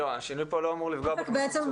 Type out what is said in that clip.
השינוי פה לא אמור לפגוע בכם.